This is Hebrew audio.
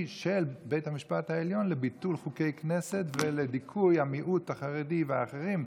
של בית המשפט העליון לביטול חוקי כנסת ולדיכוי המיעוט החרדי והאחרים,